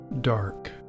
dark